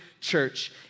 church